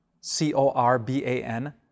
C-O-R-B-A-N